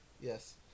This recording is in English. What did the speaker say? Yes